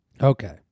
Okay